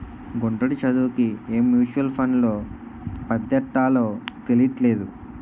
గుంటడి చదువుకి ఏ మ్యూచువల్ ఫండ్లో పద్దెట్టాలో తెలీట్లేదు